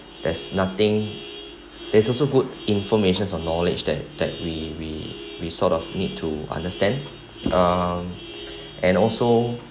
there's nothing there's also good information of knowledge that that we we we sort of need to understand um and also